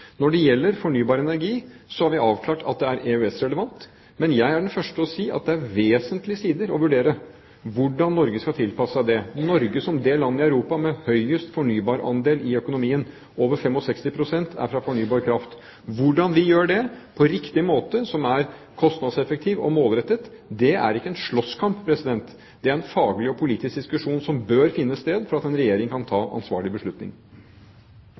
Når det gjelder fornybar energi, har vi avklart at det er EØS-relevant. Men jeg er den første til å si at det er vesentlige sider å vurdere hvordan Norge skal tilpasse seg det, Norge som det land i Europa med høyest fornybarandel i økonomien, over 65 pst. er fra fornybar kraft. Hvordan vi gjør det på riktig måte, som er kostnadseffektiv og målrettet, er ikke en slåsskamp. Det er en faglig og politisk diskusjon som bør finne sted for at en regjering kan ta ansvarlig beslutning